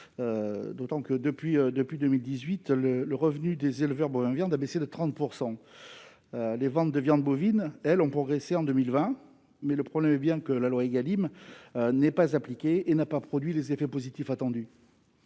d'autant que, depuis 2018, le revenu des éleveurs bovins « viande » a baissé de 30 %. Les ventes de viande bovine, elles, ont progressé en 2020, mais le problème est bien que la loi Égalim n'est pas appliquée et n'a pas produit les effets positifs attendus.